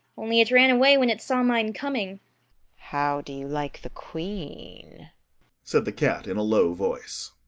only it ran away when it saw mine coming how do you like the queen said the cat in a low voice.